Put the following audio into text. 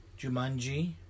Jumanji